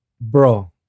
bro